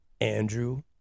Andrew